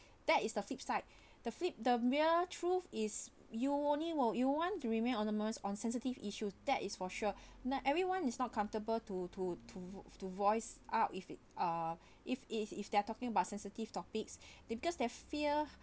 that is the flip side the flip the real truth is you only will you want to remain anonymous on sensitive issues that is for sure now everyone is not comfortable to to to voice out uh if it's a if it's if they're talking about sensitive topics they because they fear